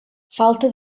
falta